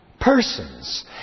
Persons